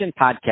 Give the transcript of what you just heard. Podcast